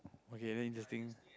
okay then interesting